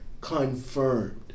confirmed